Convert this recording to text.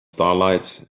starlight